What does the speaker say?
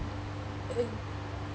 uh